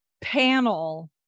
panel